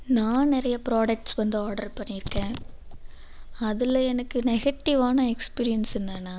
நான் நிறைய ப்ராடக்ட்ஸ் வந்து ஆர்டர் பண்ணியிருக்கேன் அதில் எனக்கு நெகட்டிவான எக்ஸ்பீரியன்ஸ் என்னன்னா